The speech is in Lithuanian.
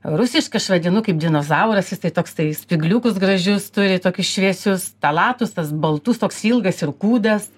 rusišką aš vadinu kaip dinozauras jisai toksai spygliukus gražius turi tokius šviesius talatusas baltus toks ilgas ir kūdas